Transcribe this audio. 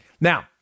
Now